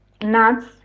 nuts